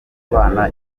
bana